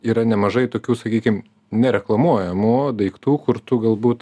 yra nemažai tokių sakykim nereklamuojamų daiktų kur tu galbūt